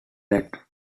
that